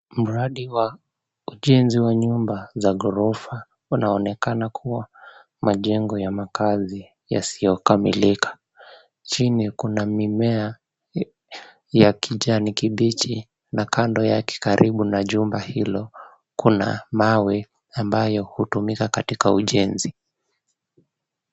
Mradi wa ujenzi wa nyumba za ghorofa unaonekana kuwa majengo ya makazi yasiyokamilika. Chini kuna mimea ya kijani kibichi na kando yake karibu na jumba hilo kuna mawe ambayo hutumika katika ujenzi.